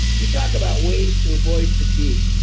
you talk about ways to avoid fatigue.